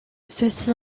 ceci